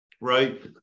right